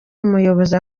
umuyobozi